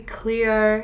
clear